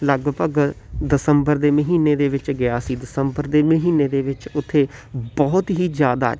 ਲਗਭਗ ਦਸੰਬਰ ਦੇ ਮਹੀਨੇ ਦੇ ਵਿੱਚ ਗਿਆ ਸੀ ਦਸੰਬਰ ਦੇ ਮਹੀਨੇ ਦੇ ਵਿੱਚ ਉੱਥੇ ਬਹੁਤ ਹੀ ਜ਼ਿਆਦਾ